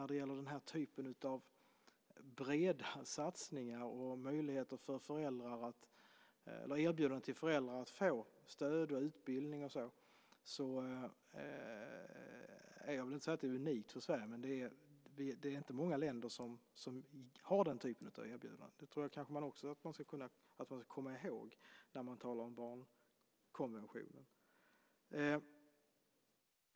Den här typen av breda satsningar och erbjudanden till föräldrar att få stöd och utbildning är väl inte unikt för Sverige, men det är inte många länder som har den typen av erbjudanden. Det ska man komma ihåg när man talar om barnkonventionen.